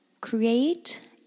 Create